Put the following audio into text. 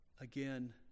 again